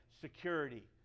security